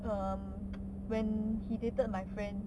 um when he dated my friend